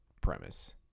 premise